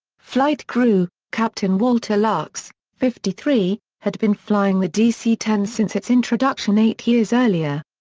flight crew captain walter lux, fifty three, had been flying the dc ten since its introduction eight years earlier.